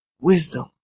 Wisdom